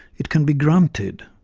it can be granted.